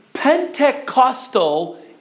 Pentecostal